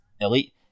elite